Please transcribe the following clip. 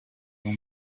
rwo